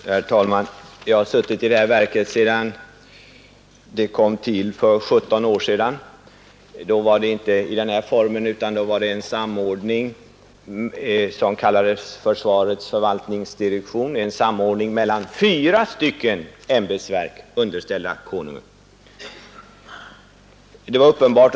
Herr talman! Jag har suttit i det här verket sedan det kom till för 17 år sedan. Då existerade det inte i den här formen, utan det var en samordning som kallades försvarets förvaltningsdirektion, en samordning mellan fyra ämbetsverk, underställda Konungen.